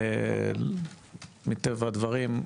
מטבע הדברים,